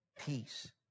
peace